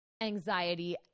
anxiety